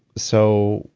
so,